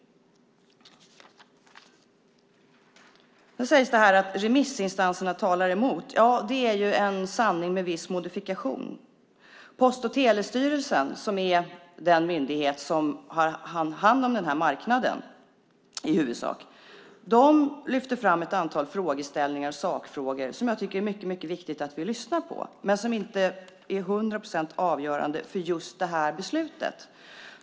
Det sägs att remissinstanserna talar emot. Det är en sanning med viss modifikation. Post och telestyrelsen, som är den myndighet som i huvudsak har hand om den här marknaden, lyfte fram ett antal frågeställningar och sakfrågor som jag tycker att det är mycket viktigt att vi lyssnar på men som inte är till hundra procent avgörande för just det här beslutet.